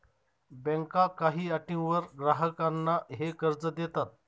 बँका काही अटींवर ग्राहकांना हे कर्ज देतात